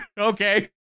okay